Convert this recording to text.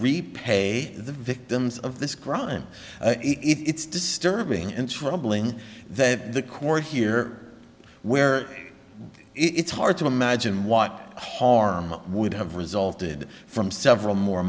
repay the victims of this crime it's disturbing and troubling that the core here where it's hard to imagine what harm would have resulted from several more